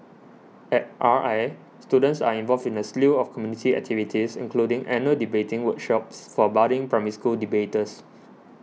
at R I students are involved in a slew of community activities including annual debating workshops for budding Primary School debaters